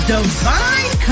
Divine